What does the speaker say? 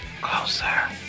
Closer